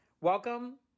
Welcome